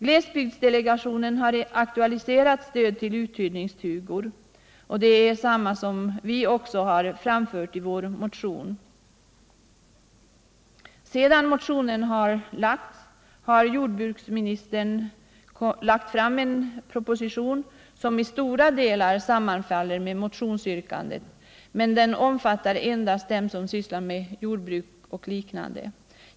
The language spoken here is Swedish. Glesbygdsdelegationen har aktualiserat stöd till uthyrningsstugor, och det har vi också framfört i vår motion. Sedan motionen väcktes har jordbruksministern lagt fram en proposition som i stora delar överensstämmer med motionsyrkandet, men den omfattar endast dem som sysslar med jordbruk och liknande.